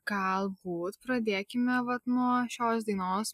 galbūt pradėkime vat nuo šios dainos